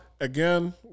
again